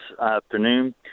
afternoon